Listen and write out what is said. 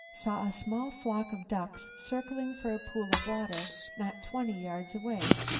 saw a small flock of ducks circling for a pool of water not twenty yards away.